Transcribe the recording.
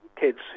kids